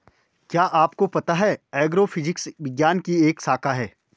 क्या आपको पता है एग्रोफिजिक्स विज्ञान की एक शाखा है?